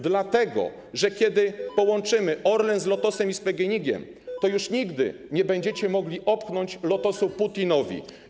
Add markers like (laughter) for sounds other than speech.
Dlatego że kiedy połączymy (noise) Orlen z Lotosem i z PGNiG, to już nigdy nie będziecie mogli opchnąć Lotosu Putinowi.